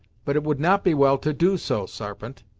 but it would not be well to do so, sarpent.